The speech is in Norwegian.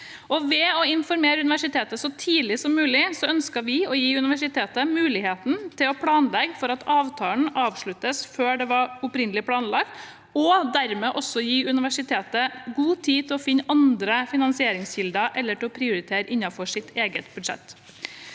Ved å informere universitetet så tidlig som mulig ønsket vi å gi universitetet mulighet til å planlegge for at avtalen avsluttes før opprinnelig planlagt, og dermed gi universitetet god tid til å finne andre finansieringskilder eller til å prioritere innenfor sitt eget budsjett.